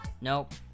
Nope